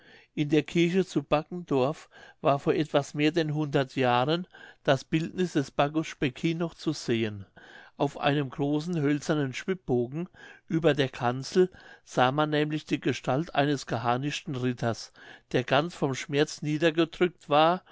in der kirche zu baggendorf war vor etwas mehr denn hundert jahren das bildniß des baggus speckin noch zu sehen auf einem großen hölzernen schwibbogen über der kanzel sah man nämlich die gestalt eines geharnischten ritters der ganz vom schmerz niedergedrückt war